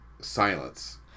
Silence